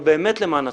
אבל באמת למען הציבור,